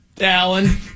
Alan